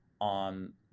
on